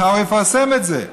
מחר הוא יפרסם את זה.